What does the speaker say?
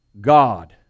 God